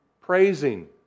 praising